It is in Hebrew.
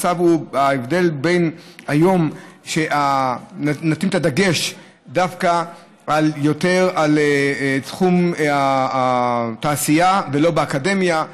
היום נותנים את הדגש דווקא יותר על תחום התעשייה ולא על האקדמיה,